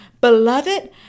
Beloved